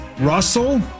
Russell